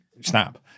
snap